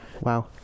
Wow